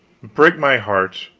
break my heart!